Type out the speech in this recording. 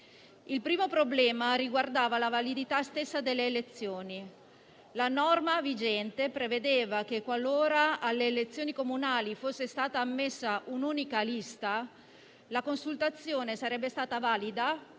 Il primo problema riguardava la validità stessa delle elezioni. La norma vigente prevedeva che qualora alle elezioni comunali fosse stata ammessa un'unica lista, la consultazione sarebbe stata valida